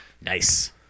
Nice